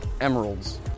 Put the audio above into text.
emeralds